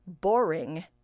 boring